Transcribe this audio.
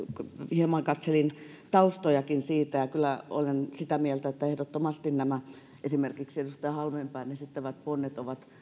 hieman katselin taustojakin siitä ja kyllä olen sitä mieltä että ehdottomasti esimerkiksi nämä edustaja halmeenpään esittämät ponnet ovat